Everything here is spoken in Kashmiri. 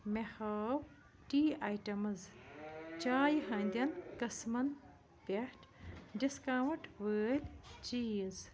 مےٚ ہاو ٹی آیٹَمٕز چایہِ ہٕنٛدیٚن قسٕمن پٮ۪ٹھ ڈِسکاونٛٹ وٲلۍ چیٖز